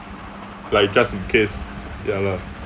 like just in case ya lah